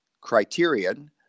criterion